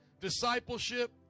discipleship